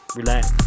relax